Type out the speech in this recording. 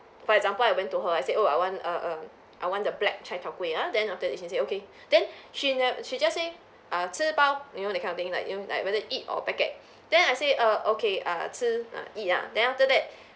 for example I went to her I said oh I want a a I want the black chai tow kueh ah then after that she said okay then she ne~ she just say ah 吃饱 you know that kind of thing like you know like whether eat or packet then I say err okay err 吃 uh eat ah then after that